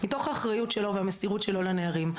בתוך האחריות שלו והמסירות שלו לנערים.